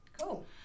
Cool